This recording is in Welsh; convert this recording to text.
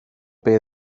beth